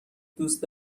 دوست